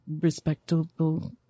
respectable